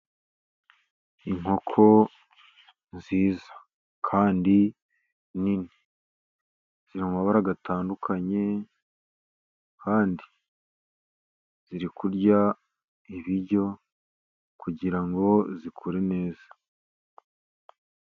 Inkoko nziza kandi nini z'amabara atandukanye kandi ziri kurya ibiryo kugira ngo zikure neza.